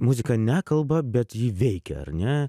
muzika nekalba bet ji veikia ar ne